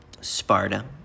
Sparta